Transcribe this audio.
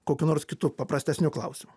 kokiu nors kitu paprastesniu klausimu